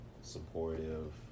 supportive